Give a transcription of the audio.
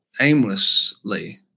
aimlessly